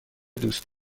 دوست